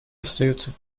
остаются